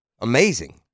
Amazing